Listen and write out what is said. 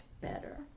better